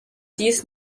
dies